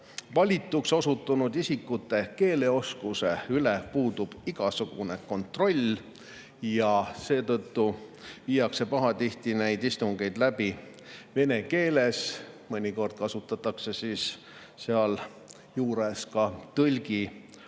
valituks osutunud isikute keeleoskuse üle puudub igasugune kontroll ja seetõttu viiakse pahatihti neid istungeid läbi vene keeles. Mõnikord kasutatakse sealjuures ka tõlgi